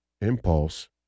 impulse